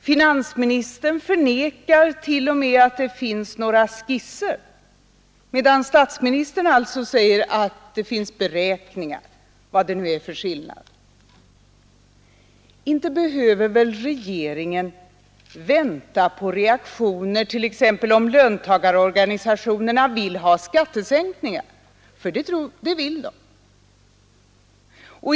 Finansministern förnekar t.o.m. att det finns några skisser, medan statsministern alltså säger att det finns beräkningar — vad det nu är för skillnad. Inte behöver väl regeringen vänta på reaktioner som visar t.ex. om löntagarorganisationerna vill ha skattesänkningar — för det vill de.